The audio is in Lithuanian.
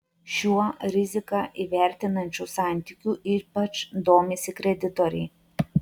šiuo riziką įvertinančiu santykiu ypač domisi kreditoriai